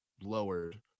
lowered